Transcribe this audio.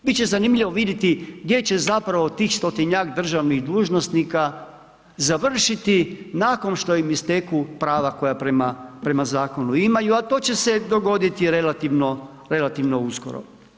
Biti će zanimljivo vidjeti gdje že zapravo tih 100-inja državnih dužnosnika, zavrišti nakon što im isteknu prava koja prema zakonu imaju a to će se dogoditi relativno uskoro.